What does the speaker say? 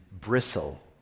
bristle